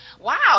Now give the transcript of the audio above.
Wow